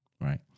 Right